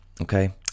Okay